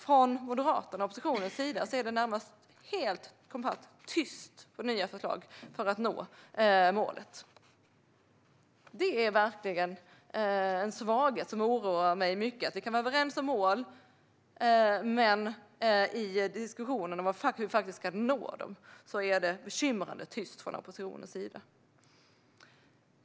Från Moderaternas och oppositionens sida är det närmast helt kompakt tyst när det gäller nya förslag för att nå målet. Det är verkligen en svaghet som oroar mig mycket att vi kan vara överens om mål men att det i diskussionerna om hur vi faktiskt ska nå målen är bekymmersamt tyst från oppositionens sida.